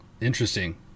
Interesting